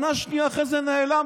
שנה שנייה אחרי זה נעלמתם,